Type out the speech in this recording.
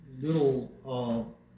little